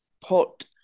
put